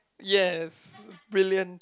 yes brilliant